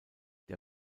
der